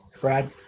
Brad